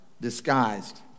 disguised